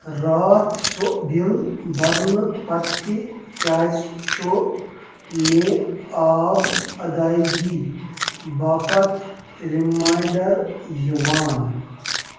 راتھ سۄ بِل برنہٕ پتہٕ تہِ کیٛازِ چھُ مےٚ آب ادٲیگی باپتھ ریمنانڑر یِوان؟